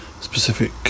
specific